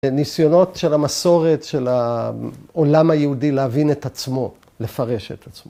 ‫ניסיונות של המסורת, של העולם היהודי, ‫להבין את עצמו, לפרש את עצמו.